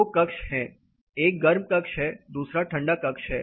दो कक्ष हैं एक गर्म कक्ष है दूसरा ठंडा कक्ष है